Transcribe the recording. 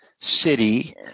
city